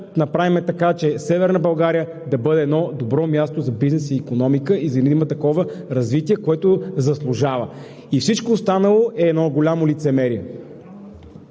направим така, че Северна България да бъде едно добро място за бизнес и икономика, за да има такова развитие, което заслужава. Всичко останало е едно голямо лицемерие.